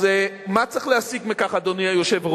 אז מה צריך להסיק מכך, אדוני היושב-ראש?